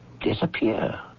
Disappear